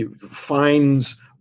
finds